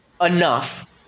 enough